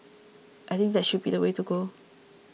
I think that should be the way to go